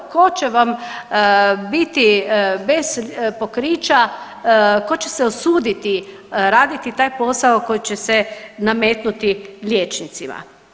Tko će vam biti bez pokrića, tko će se usuditi raditi taj posao koji će se nametnuti liječnicima.